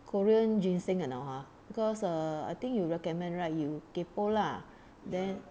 korean ginseng or not ha because err I think you recommend right you kaypoh lah then